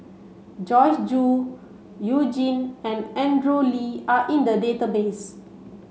Joyce Jue You Jin and Andrew Lee are in the database